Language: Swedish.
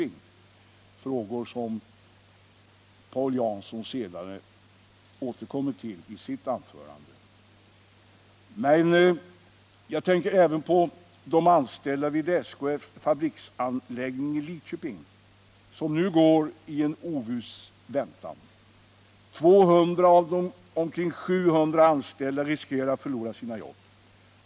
Detta är frågor som Paul Jansson återkommer till i sitt anförande. Men jag tänker även på de anställda vid SKF:s fabriksanläggning i Lidköping, som nu går i en oviss väntan. 200 av de omkring 700 anställda riskerar förlora sina jobb.